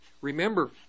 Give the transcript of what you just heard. Remember